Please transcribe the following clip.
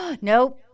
Nope